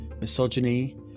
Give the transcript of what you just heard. misogyny